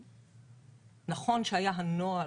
נכון שהיה הנוהל,